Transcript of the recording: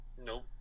Nope